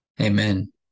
Amen